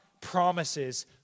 promises